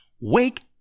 Wake